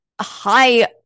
high